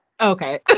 Okay